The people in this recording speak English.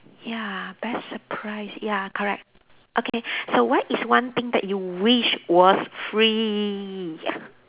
ya best surprise ya correct okay so what is one thing that you wish was free